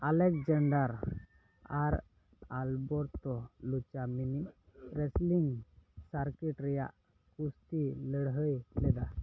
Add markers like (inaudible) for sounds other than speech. Alexander ᱟᱨ ᱟᱞᱵᱩᱴᱳ (unintelligible) ᱨᱮᱭᱟᱜ ᱠᱩᱥᱛᱤ ᱞᱟᱹᱲᱦᱟᱹᱭ ᱞᱮᱫᱟ